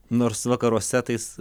nors vakaruose tais